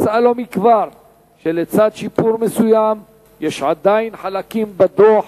מצאה לא מכבר שלצד שיפור מסוים יש עדיין חלקים בדוח